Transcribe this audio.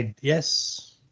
Yes